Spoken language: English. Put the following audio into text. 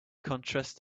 contrast